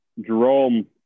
Jerome